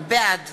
בעד